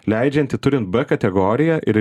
leidžianti turin b kategoriją ir